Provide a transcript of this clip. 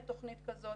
תכנית כזאת.